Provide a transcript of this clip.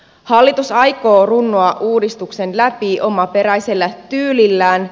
hallitus aikoo runnoa uudistuksen läpi omaperäisellä tyylillään